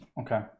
Okay